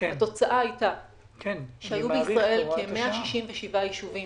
התוצאה הייתה שהיו בישראל כ-167 יישובים